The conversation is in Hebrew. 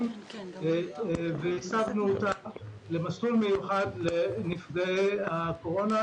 והסבנו אותה למסלול מיוחד לנפגעי הקורונה,